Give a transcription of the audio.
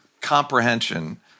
comprehension